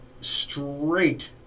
straight